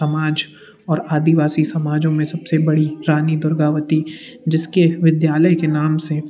समाज और आदिवासी समाजों में सब से बड़ी रानी दुर्गावती जिस के विद्यालय के नाम से